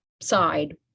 side